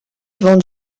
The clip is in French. ventes